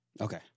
Okay